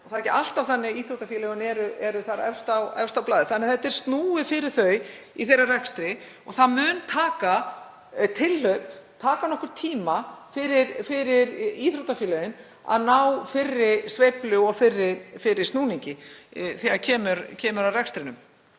og það er ekki alltaf þannig að íþróttafélögin séu þar efst á blaði. Þannig að þetta er snúið fyrir þau í þeirra rekstri og það mun taka tilhlaup, það mun taka nokkurn tíma fyrir íþróttafélögin að ná fyrri sveiflu og fyrri snúningi þegar kemur að rekstrinum.